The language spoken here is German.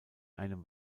einem